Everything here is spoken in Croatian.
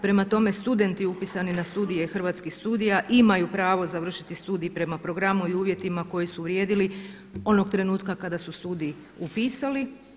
Prema tome, studenti upisani na studije Hrvatskih studija imaju pravo završiti studij prema programu i uvjetima koji su vrijedili onog trenutka kada su studij upisali.